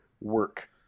work